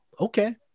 okay